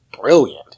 brilliant